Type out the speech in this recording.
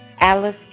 Alice